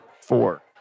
four